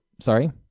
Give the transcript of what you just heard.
sorry